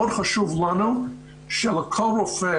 מאוד חשוב לנו שלכל רופא,